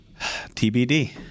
tbd